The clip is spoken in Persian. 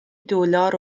دلار